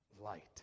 light